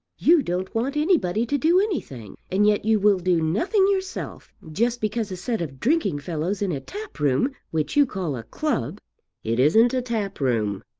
you don't want anybody to do anything, and yet you will do nothing yourself just because a set of drinking fellows in a tap-room, which you call a club it isn't a tap-room.